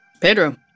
Pedro